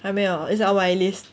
还没有 it's on my list